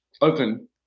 Open